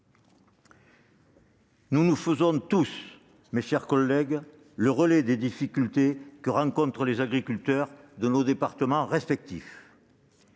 Nous nous faisons tous, mes chers collègues, les relais des difficultés que rencontrent les agriculteurs de nos départements respectifs.